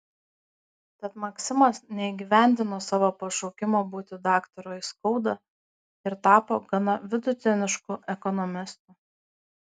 tad maksimas neįgyvendino savo pašaukimo būti daktaru aiskauda ir tapo gana vidutinišku ekonomistu